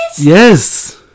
Yes